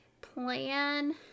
plan